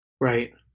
Right